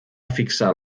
fixar